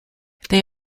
they